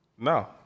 No